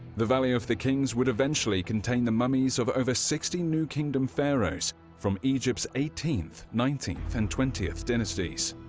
the valley of the kings would eventually contain the mummies of over sixty new kingdom pharaohs from egypt's eighteenth, nineteenth, and twentieth dynasties.